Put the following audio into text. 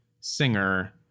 singer